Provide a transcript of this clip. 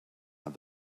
and